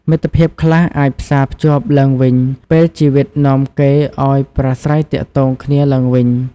មិត្តភាពខ្លះអាចផ្សាភ្ជាប់ឡើងវិញ ពេលជីវិតនាំគេឱ្យប្រាស្រ័យទាក់ទងគ្នាឡើងវិញ។